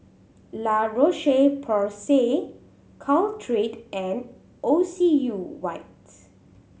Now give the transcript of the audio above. La Roche Porsay Caltrate and Ocuvite